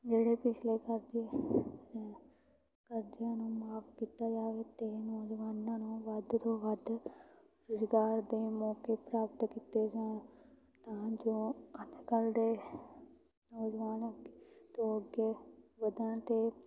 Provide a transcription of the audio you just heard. ਜਿਹੜੇ ਪਿਛਲੇ ਕਰਜ਼ੇ ਹਨ ਕਰਜ਼ਿਆਂ ਨੂੰ ਮਾਫ਼ ਕੀਤਾ ਜਾਵੇ ਅਤੇ ਨੌਜਵਾਨਾਂ ਨੂੰ ਵੱਧ ਤੋਂ ਵੱਧ ਰੁਜ਼ਗਾਰ ਦੇ ਮੌਕੇ ਪ੍ਰਾਪਤ ਕੀਤੇ ਜਾਣ ਤਾਂ ਜੋ ਅੱਜ ਕੱਲ੍ਹ ਦੇ ਨੌਜਵਾਨ ਤੋਂ ਅੱਗੇ ਵੱਧਣ ਅਤੇ